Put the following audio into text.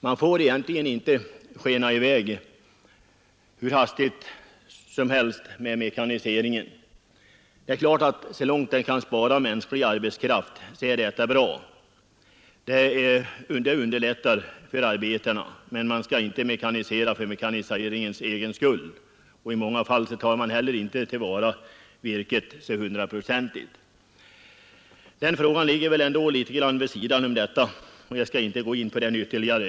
Man får egentligen inte skena i väg hur hastigt som helst med mekaniseringen. Det är klart att så långt den kan göra arbetet lättare för människor är mekaniseringen bra, men man skall inte mekanisera för mekaniseringens egen skull. I många fall tillvaratas inte heller virket hundraprocentigt. Men den frågan ligger väl litet grand vid sidan om dagens diskussion, och jag skall inte gå in på den ytterligare.